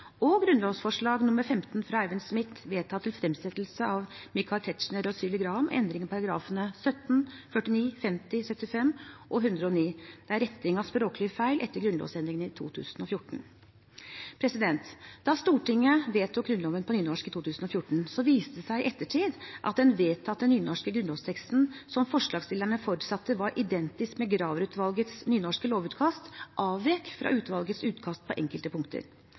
og grunnlovsforslag nr. 15, fra Eivind Smith, vedtatt til fremsettelse av Michael Tetzschner og Sylvi Graham, om endring i §§ 17, 49, 50, 75 og 109, som er retting av språklige feil etter grunnlovsendringene i 2014. Da Stortinget vedtok Grunnloven på nynorsk i 2014, viste det seg i ettertid at den vedtatte nynorske grunnlovsteksten som forslagsstillerne forutsatte var identisk med Graver-utvalgets nynorske lovutkast, avvek fra utvalgets utkast på enkelte punkter.